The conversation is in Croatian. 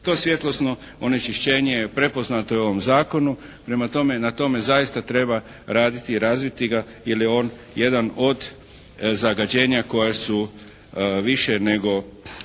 To svjetlosno onečišćenje je prepoznato i u ovom zakonu. Prema tome, na tome zaista treba raditi i razviti ga jer je on jedan od zagađenja koja su više nego